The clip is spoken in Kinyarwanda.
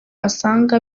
asanga